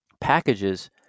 packages